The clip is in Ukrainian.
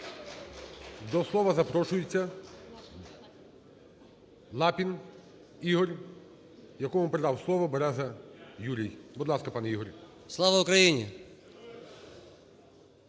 До слова запрошується Лапін Ігор, якому передав слово Береза Юрій. Будь ласка, пана Ігор. 13:21:53